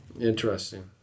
Interesting